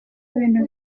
ibintu